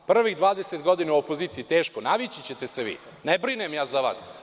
Prvih 20 godina u opoziciji je teško, navići ćete se vi, ne brinem ja za vas.